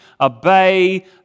obey